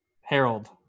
Harold